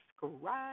subscribe